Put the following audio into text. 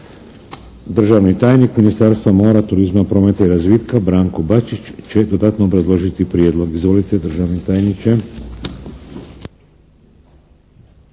Državni tajnik ministarstva mora, turizma, prometa i razvitka Branko Bačić će dodatno obrazložiti prijedlog. Izvolite državni tajniče.